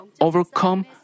overcome